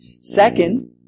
Second